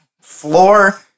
floor